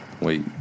Wait